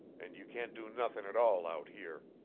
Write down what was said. and you can't do nothin' at all out here.